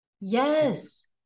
Yes